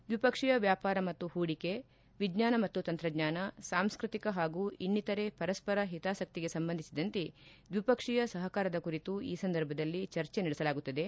ದ್ವಿಪಕ್ಷೀಯ ವ್ಯಾಪಾರ ಮತ್ತು ಹೂಡಿಕೆ ವಿಜ್ಙಾನ ಮತ್ತು ತಂತ್ರಜ್ಙಾನ ಸಾಂಸ್ಕತಿಕ ಹಾಗೂ ಇನ್ನಿತರೆ ಪರಸ್ಪರ ಹಿತಾಸಕ್ತಿಗೆ ಸಂಬಂಧಿಸಿದಂತೆ ದ್ವಿಪಕ್ಷೀಯ ಸಹಕಾರದ ಕುರಿತು ಈ ಸಂದರ್ಭದಲ್ಲಿ ಚರ್ಚಿ ನಡೆಸಲಾಗುತ್ತದೆ